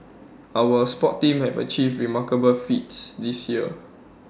our sports teams have achieved remarkable feats this year